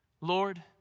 Lord